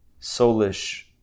Solish